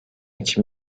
için